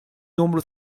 numru